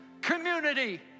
Community